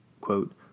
quote